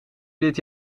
dit